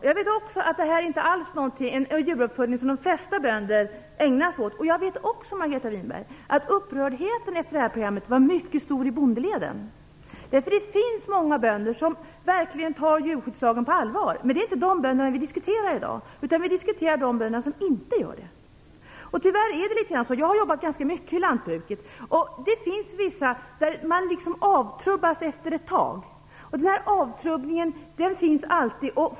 Jag vet att de flesta bönder inte ägnar sig åt den här sortens djuruppfödning. Jag vet också, Margareta Winberg, att upprördheten efter detta program var mycket stor i bondeleden. Det finns många bönder som verkligen tar djurskyddslagen på allvar. Men det är inte de bönderna vi diskuterar i dag. Vi diskuterar de bönder som inte tar lagen på allvar. Jag har jobbat ganska mycket i lantbruket. Vissa avtrubbas efter ett tag. Den här avtrubbningen finns alltid.